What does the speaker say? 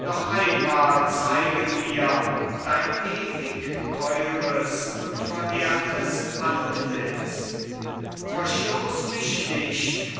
noch einmal zeige mir dein ewig teures und verehrtes antlitz verstoß mich nicht